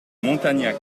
montagnac